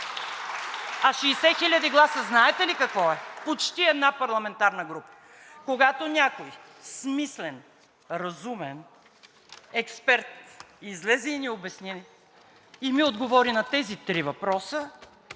А 60 хиляди гласа знаете ли какво е? Почти една парламентарна група. Когато някой смислен, разумен експерт излезе и ни обясни, и ми отговори на тези три въпроса,